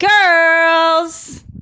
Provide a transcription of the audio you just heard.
Girls